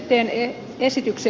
pienet esityksi